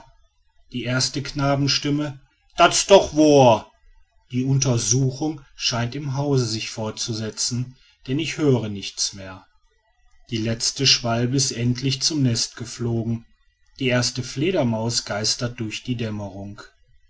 die erste knabenstimme rasch dats doch wohr die untersuchung scheint im hause sich fortzusetzen denn ich höre nichts mehr die letzte schwalbe ist endlich zu nest geflogen die erste fledermaus geistert durch die dämmerung